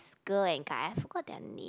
girl and guy I forgot their name